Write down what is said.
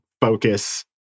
focus